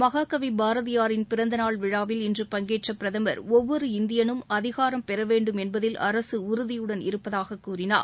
மகாகவி பாரதியாரின் பிறந்த நாள் விழாவில் இன்று பங்கேற்ற பிரதமர் ஒவ்வொரு இந்தியனும் அதிகாரம் பெற வேண்டும் என்பதில் அரசு உறுதியுடன் இருப்பதாக கூறினார்